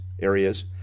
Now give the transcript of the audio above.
areas